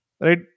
right